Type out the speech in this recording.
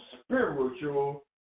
spiritual